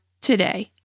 today